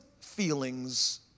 feelings